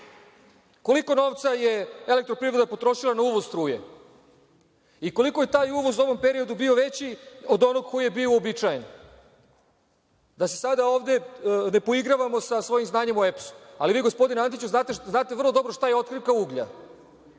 novca je „Elektroprivreda“ potrošila na uvoz struje i koliko je taj uvoz u ovom periodu bio veći od onog koji je bio uobičajen? Da se sada ovde ne poigravamo sa svojim znanjem o EPS-u, ali vi gospodine Antiću znate vrlo dobro šta je otkrivka uglja.